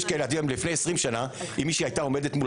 לפני 20 שנה אם מישהי הייתה עומדת מול